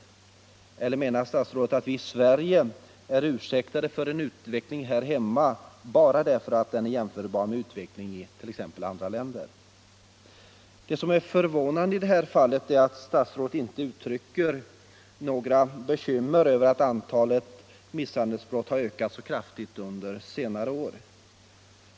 Eller menar statsrådet att vi är ursäktade för en utveckling här hemma bara därför att den är jämförbar med utvecklingen i andra länder? Det som är förvånande i det här fallet är att statsrådet inte uttrycker några bekymmer över att antalet misshandelsbrott har ökat så kraftigt under senare år.